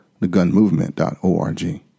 thegunmovement.org